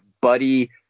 buddy